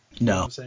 No